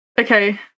Okay